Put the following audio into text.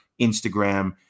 Instagram